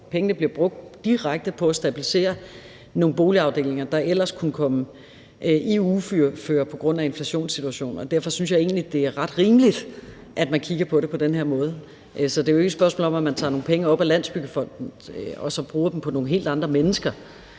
Pengene blev brugt direkte på at stabilisere nogle boligafdelinger, der ellers kunne komme i uføre på grund af inflationssituationen, og derfor synes jeg egentlig, det er ret rimeligt, at man kigger på det på den her måde. Så det er jo ikke et spørgsmål om, at man tager nogle penge op af Landsbyggefonden og så bruger dem på nogle helt andre mennesker,